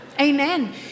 amen